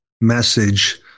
message